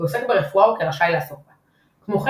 כעוסק ברפואה או כרשאי לעסוק בה." כמו כן